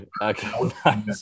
Okay